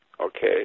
okay